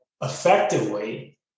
effectively